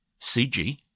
CG